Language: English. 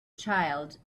child